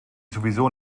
sowieso